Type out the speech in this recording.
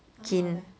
keen